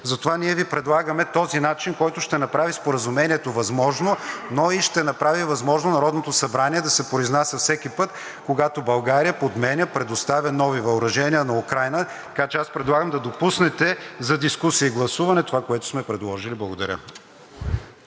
Затова ние Ви предлагаме този начин, който ще направи Споразумението възможно, но и ще направи възможно Народното събрание да се произнася всеки път, когато България подменя, предоставя нови въоръжения на Украйна, така че аз предлагам да допуснете за дискусия и гласуване това, което сме предложили. Благодаря.